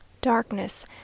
Darkness